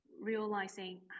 realizing